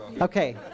Okay